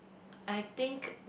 I think